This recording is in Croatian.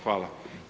Hvala.